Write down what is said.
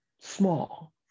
small